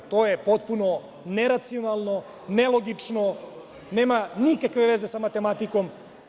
To je potpuno neracionalno, nelogično i nema nikakve veze sa matematikom.